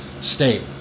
state